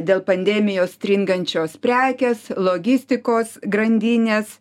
dėl pandemijos stringančios prekės logistikos grandinės